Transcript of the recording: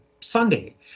Sunday